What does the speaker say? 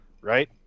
Right